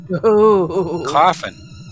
Coffin